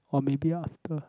or maybe after